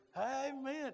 Amen